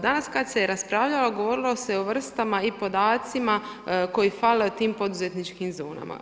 Danas kada se raspravljalo govorilo se o vrstama i podacima koji fale o tim poduzetničkim zonama.